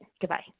goodbye